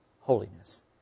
holiness